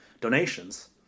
donations